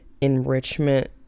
enrichment